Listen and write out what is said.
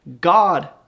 God